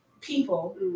people